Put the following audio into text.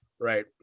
Right